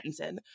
Pattinson